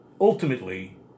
Ultimately